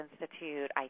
Institute